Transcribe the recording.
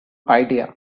idea